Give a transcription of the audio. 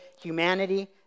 Humanity